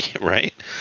Right